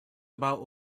about